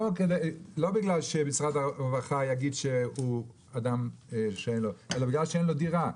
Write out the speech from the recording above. לא בגלל שמשרד הרווחה יגיד שזה אדם במצוקה אלא בגלל שאין לו דירה.